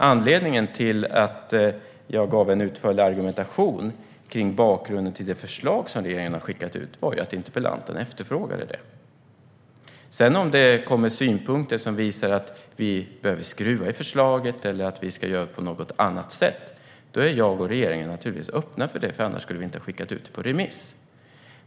Anledningen till att jag gav en utförlig argumentation kring bakgrunden till det förslag som regeringen har skickat ut var att interpellanten efterfrågade det. Om det sedan kommer synpunkter som visar att vi behöver skruva i förslaget eller att vi ska göra på något annat sätt är jag och regeringen naturligtvis öppna för det. Annars skulle vi inte ha skickat ut det på remiss.